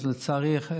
לצערי,